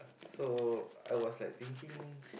so I was like thinking